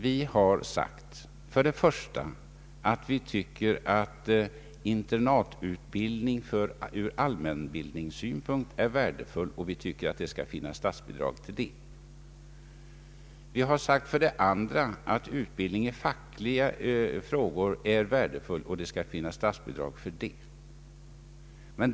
Vi har sagt för det första att vi tycker att internatundervisning i allmänbildningssyfte är värdefull och att det bör finnas statsbidrag till det och för det andra att utbildning i fackliga frågor är värdefull och att det bör finnas statsbidrag för det.